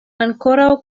ankoraŭ